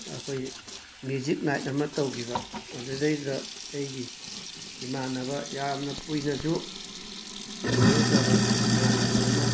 ꯑꯩꯈꯣꯏꯒꯤ music night ꯑꯃ ꯇꯧꯈꯤꯕ ꯑꯗꯨꯗꯩꯗꯨꯗ ꯑꯩꯒꯤ ꯏꯃꯥꯅꯕ ꯌꯥꯝꯅ ꯀꯨꯏꯅꯁꯨ ꯊꯦꯡꯅꯔꯨꯗꯕ ꯏꯃꯥꯅꯕꯥ ꯑꯃ